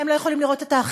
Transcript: שרק עכשיו,